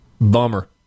bummer